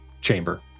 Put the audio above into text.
chamber